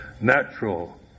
natural